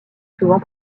souvent